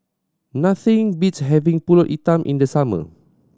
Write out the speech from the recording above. nothing beats having Pulut Hitam in the summer